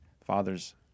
father's